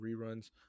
reruns